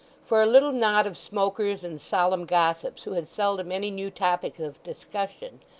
for a little knot of smokers and solemn gossips, who had seldom any new topics of discussion,